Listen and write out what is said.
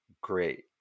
great